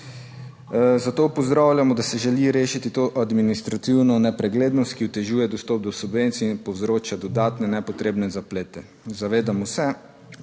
Zato pozdravljamo, da se želi rešiti to administrativno nepreglednost, ki otežuje dostop do subvencij in povzroča dodatne nepotrebne zaplete. Zavedamo se